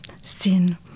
sin